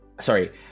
sorry